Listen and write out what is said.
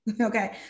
Okay